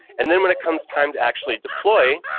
and then when it comes time to actually deploy,